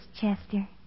Chester